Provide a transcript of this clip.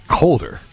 colder